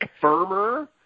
firmer